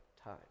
time